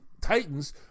Titans